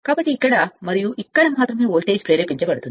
కాబట్టి ఇక్కడ మరియు ఇక్కడ వోల్టేజ్ మాత్రమే ప్రేరేపించబడుతుంది